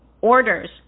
orders